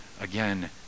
again